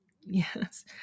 Yes